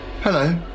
hello